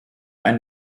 einen